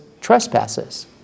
trespasses